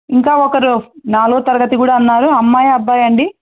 ఇంకా ఒకరు నాలుగవ తరగతి కూడా అన్నారు అమ్మాయి అబ్బాయి అండి